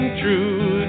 true